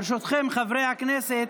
ברשותכם, חברי הכנסת,